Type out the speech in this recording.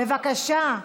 בבקשה.